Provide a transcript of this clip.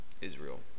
Israel